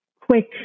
quick